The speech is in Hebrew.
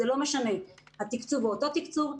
התקצוב הוא אותו תקצוב,